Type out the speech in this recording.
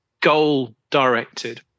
goal-directed